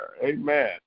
Amen